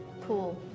pool